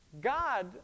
God